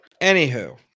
Anywho